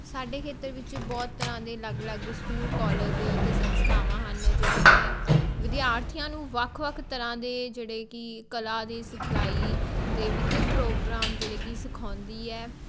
ਸਾਡੇ ਖੇਤਰ ਵਿੱਚ ਬਹੁਤ ਤਰ੍ਹਾਂ ਦੇ ਅਲੱਗ ਅਲੱਗ ਸਕੂਲ ਕੋਲਜ ਅਤੇ ਸੰਸਥਾਵਾਂ ਹਨ ਜਿਹੜੀਆਂ ਕਿ ਵਿਦਿਆਰਥੀਆਂ ਨੂੰ ਵੱਖ ਵੱਖ ਤਰ੍ਹਾਂ ਦੇ ਜਿਹੜੇ ਕਿ ਕਲਾ ਦੀ ਸਿਖਲਾਈ ਅਤੇ ਵਿੱਦਿਅਕ ਪ੍ਰੋਗਰਾਮ ਜਿਹੜੇ ਕਿ ਸਿਖਾਉਂਦੀ ਹੈ